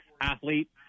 athlete